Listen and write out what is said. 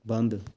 ਬੰਦ